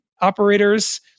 operators